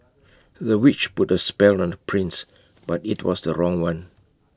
the witch put A spell on the prince but IT was the wrong one